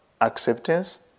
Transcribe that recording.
acceptance